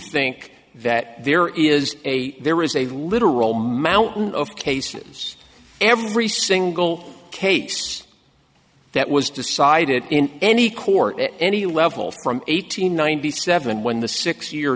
think that there is a there is a literal mountain of cases every single case that was decided in any court at any level from eight hundred ninety seven when the six year